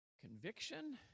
conviction